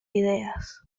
ideas